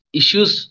issues